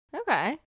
Okay